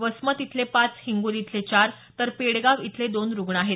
वसमत इथले पाच हिंगोली इथले चार तर पेडगाव इथले दोन रुग्ण आहेत